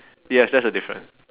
yes that's the different